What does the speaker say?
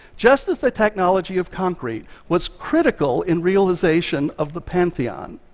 just as the technology of concrete was critical in realization of the pantheon,